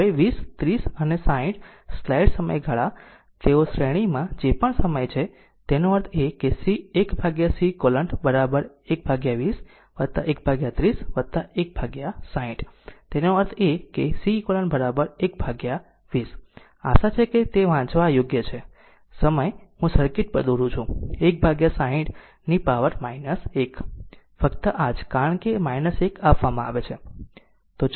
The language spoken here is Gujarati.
હવે 20 30 અને 60 સ્લાઈડ સમયગાળા તેઓ શ્રેણીમાં જે પણ સમય છે તેનો અર્થ એ કે 1Ceq say 120 130 your 160 તેનો અર્થ એ કે Ceq 120 આશા છે કે તે વાંચવા યોગ્ય છે સમય હું સર્કિટ પર દોરું છું 160 પાવર 1 ફક્ત આ જ કારણ કે 1 આપવામાં આવે છે